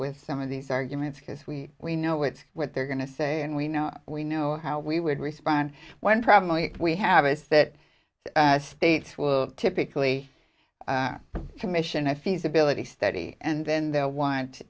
with some of these arguments because we we know it's what they're going to say and we know we know how we would respond when probably we have is that the states will typically commission i feasibility study and then they'll want